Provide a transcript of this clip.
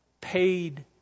paid